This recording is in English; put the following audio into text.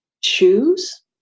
shoes